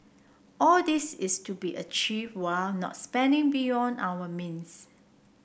all this is to be achieve while not spending beyond our means